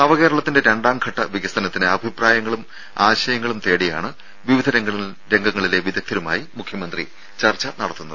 നവകേരളത്തിന്റെ രണ്ടാംഘട്ട വികസനത്തിന് അഭിപ്രായങ്ങളും ആശയങ്ങളും തേടിയാണ് വിവിധ രംഗങ്ങളിലെ വിദഗ്ദ്ധരുമായി മുഖ്യമന്ത്രി ചർച്ച നടത്തുന്നത്